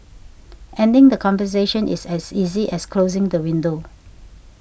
ending the conversation is as easy as closing the window